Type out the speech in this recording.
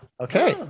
okay